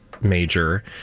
major